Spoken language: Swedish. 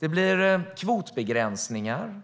Man har kvotbegränsningar